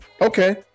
Okay